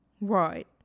Right